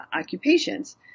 occupations